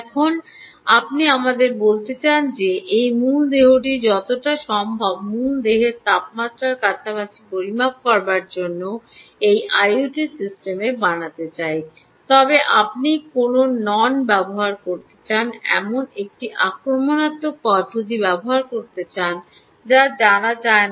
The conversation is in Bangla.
এখন আপনি আমাদের বলতে চান যে এই মূল দেহটি যতটা সম্ভব মূল দেহের তাপমাত্রার কাছাকাছি পরিমাপ করার জন্য একটি আইওটি সিস্টেম বানাতে চাই তবে আপনি কোনও নন ব্যবহার করতে চান এমন একটি আক্রমণাত্মক পদ্ধতি ব্যবহার করতে চান যা জানা যায় না